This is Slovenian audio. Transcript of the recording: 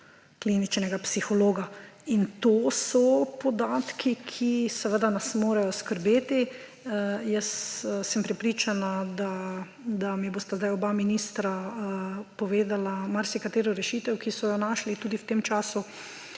kliničnega psihologa. In to so podatki, ki nas morajo skrbeti. Prepričana sem, da mi bosta zdaj oba ministra povedala marsikatero rešitev, ki so jo našli tudi v tem času,